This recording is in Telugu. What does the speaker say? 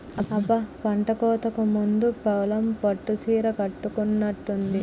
అబ్బ పంటకోతకు ముందు పొలం పచ్చ సీర కట్టుకున్నట్టుంది